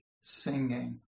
singing